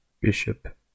bishop